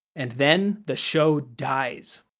and then, the show dies.